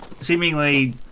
seemingly